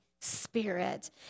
Spirit